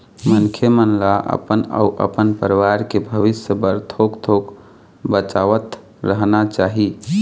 मनखे मन ल अपन अउ अपन परवार के भविस्य बर थोक थोक बचावतरहना चाही